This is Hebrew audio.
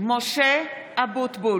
נתניהו, מצביע משה אבוטבול,